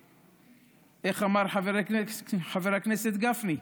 איך אמר חבר הכנסת גפני,